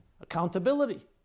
accountability